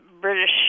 British